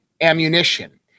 ammunition